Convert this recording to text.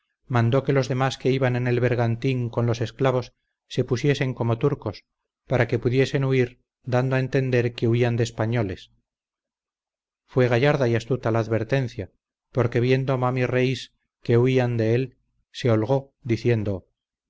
mandó que los demás que iban en el bergantín con los esclavos se pusiesen como turcos para que pudiesen huir dando a entender que huían de españoles fue gallarda y astuta la advertencia porque viendo mami reís que huían de él se holgó diciendo